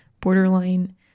borderline